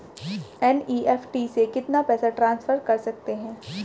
NEFT से कितना पैसा ट्रांसफर कर सकते हैं?